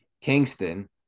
kingston